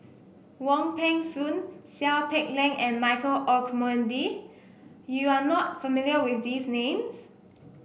Wong Peng Soon Seow Peck Leng and Michael Olcomendy you are not familiar with these names